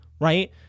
right